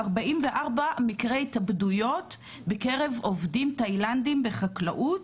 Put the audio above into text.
44 מקרי התאבדויות בקרב עובדים תאילנדים בחקלאות,